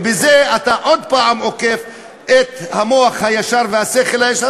בזה עוד פעם עוקף את המוח הישר והשכל הישר.